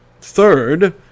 Third